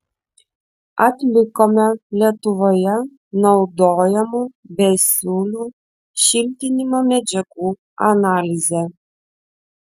atlikome lietuvoje naudojamų besiūlių šiltinimo medžiagų analizę